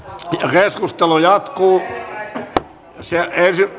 keskustelu jatkuu